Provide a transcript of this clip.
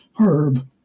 Herb